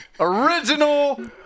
original